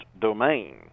domain